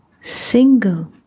single